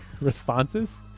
responses